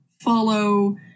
follow